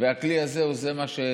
והכלי זה הוא זה שיעצור,